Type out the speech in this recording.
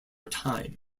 time